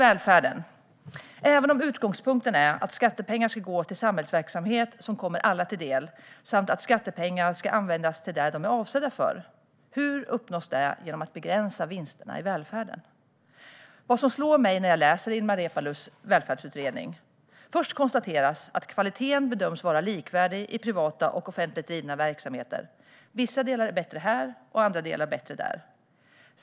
Även om utgångspunkten är att skattepengar ska gå till samhällsverksamhet som kommer alla till del och att skattepengar ska användas till det som de är avsedda för, undrar jag hur det uppnås genom att man begränsar vinsterna i välfärden. Vissa saker slår mig när jag läser Ilmar Reepalus välfärdsutredning. Först konstateras att kvaliteten bedöms vara likvärdig i privata och offentligt drivna verksamheter - vissa delar är bättre här, och andra delar är bättre där.